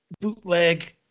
bootleg